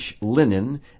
linen